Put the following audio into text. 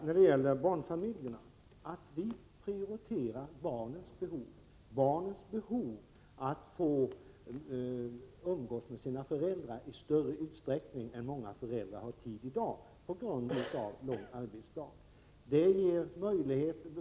När det gäller barnfamiljerna vill jag säga att vi prioriterar barnens behov av att få umgås med sina föräldrar i större utsträckning än vad som är fallet i dag på grund av att många föräldrar har lång arbetsdag.